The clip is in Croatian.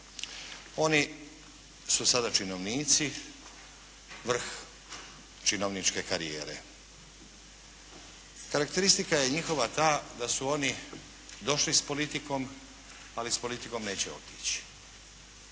Oni su sada činovnici, vrh činovničke karijere. Karakteristika je njihova ta da su oni došli s politikom, ali s politikom neće otići.